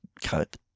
cut